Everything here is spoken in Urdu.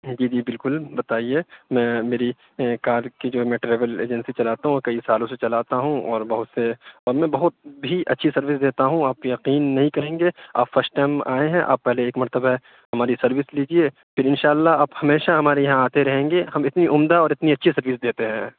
جی جی بالکل بتائیے میں میری کار کی جو میں ٹریول ایجنسی چلاتا ہوں وہ کئی سالوں سے چلاتا ہوں اور بہت سے اور میں بہت بھی اچھی سروس دیتا ہوں آپ یقین نہیں کریں گے آپ فرسٹ ٹائم آئے ہیں آپ پہلے ایک مرتبہ ہماری سروس لیجیے پھر اِنشاء اللہ آپ ہمیشہ ہمارے یہاں آتے رہیں گے ہم اتنی عمدہ اور اتنی اچھی سروس دیتے ہیں